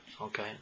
Okay